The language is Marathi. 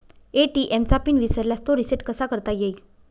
ए.टी.एम चा पिन विसरल्यास तो रिसेट कसा करता येईल?